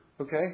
okay